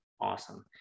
Awesome